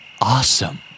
awesome